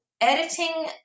editing